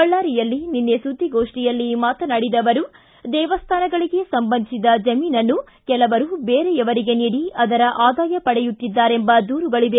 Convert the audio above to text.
ಬಳ್ದಾರಿಯಲ್ಲಿ ನಿನ್ನೆ ಸುದ್ದಿಗೋಷ್ನಿಯಲ್ಲಿ ಮಾತನಾಡಿದ ಅವರು ದೇವಸ್ಥಾನಗಳಿಗೆ ಸಂಬಂಧಿಸಿದ ಜಮೀನನ್ನು ಕೆಲವರು ಬೇರೆಯವರಿಗೆ ನೀಡಿ ಅದರ ಆದಾಯ ಪಡೆಯುತ್ತಿದ್ದಾರೆಂಬ ದೂರುಗಳವೆ